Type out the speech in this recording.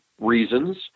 reasons